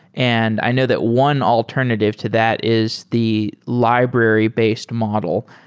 and i know that one alternative to that is the library-based model.